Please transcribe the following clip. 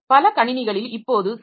பல கணினிகளில் இப்போது சி